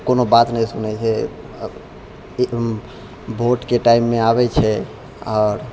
कोनो बात नहि सुनै छै ई वोटके टाइममे आबै छै आओर